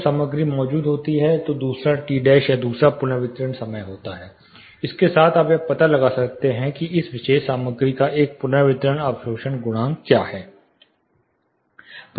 जब सामग्री मौजूद होती है तो एक दूसरा टी डैश या दूसरा पुनर्वितरण समय होता है इसके साथ आप यह पता लगा सकते हैं कि इस विशेष सामग्री का एक पुनर्वितरण अवशोषण गुणांक क्या है